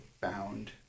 bound